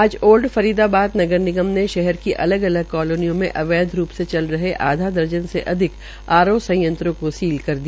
आज ओल्ड फरीदाबाद नगर निगम ने शहर के अलग अलग कालोनियों में अवैध रूप ये चल रहे आधा दर्जन से अधिक आर ओ संयंत्रो को सील कर दिया